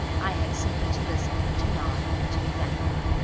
i had simply to listen, to nod, and to be thankful.